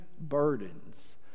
burdens